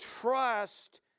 trust